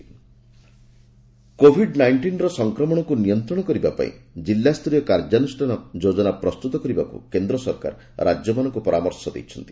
ଜିଲ୍ଲାସ୍ତରୀୟ covid centre covid ନାଇଷ୍ଟିନ୍ର ସଂକ୍ରମଣକୁ ନିୟନ୍ତ୍ରଣ କରିବାପାଇଁ ଜିଲ୍ଲାସ୍ତରୀୟ କାର୍ଯ୍ୟାନୁଷ୍ଠାନ ଯୋଜନା ପ୍ରସ୍ତୁତ କରିବାକୁ କେନ୍ଦ୍ର ସରକାର ରାଜ୍ୟମାନଙ୍କୁ ପରାମର୍ଶ ଦେଇଛନ୍ତି